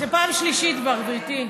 זו כבר פעם שלישית, גברתי.